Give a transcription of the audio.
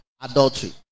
adultery